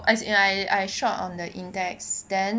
as in I I shot on the index then